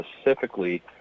specifically